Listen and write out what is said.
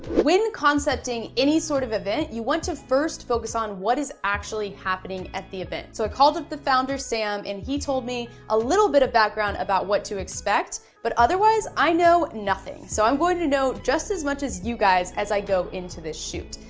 when concepting any sort of event, you want to first focus on what is actually happening at the event. so i called up the founder, sam, and he told me a little bit of background about what to expect, but otherwise, i know nothing. so i'm going to know just as much as you guys, as i go into this shoot.